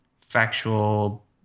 factual